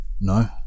No